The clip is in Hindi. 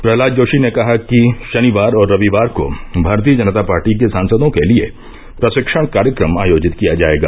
प्रहलाद जोशी ने कहा कि शनिवार और रविवार को भारतीय जनता पार्टी के सांसदों के लिए प्रशिक्षण कार्यक्रम आयोजित किया जायेगा